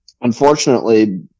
unfortunately